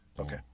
Okay